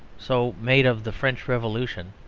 so made of the french revolution,